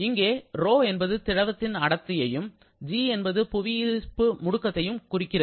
இங்கே ρ என்பது திரவத்தின் அடர்த்தியையும் g என்பது புவியீர்ப்பு முடுக்கத்தையும் குறிக்கிறது